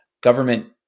government